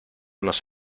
nos